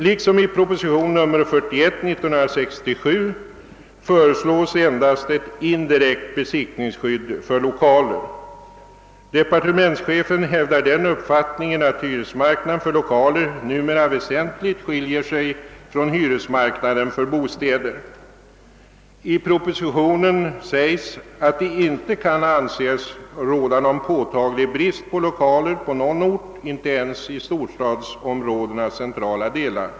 Liksom i propositionen 1967:141 föreslås nu endast ett indirekt besittningsskydd för lokaler. Departementschefen hävdar den uppfattningen, att hyresmarknaden för lokaler numera väsentligt skiljer sig från hyresmarknaden för bostäder. Det sägs i propositionen att det inte kan anses råda någon påtaglig brist på lokaler på någon ort, inte ens i storstadsområdenas centrala delar.